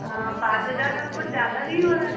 हाँ पाँच हज़ार मैम कुछ ज़्यादा नहीं हो रहा है